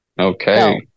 Okay